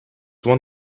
one